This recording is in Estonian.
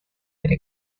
oli